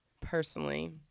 personally